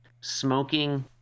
smoking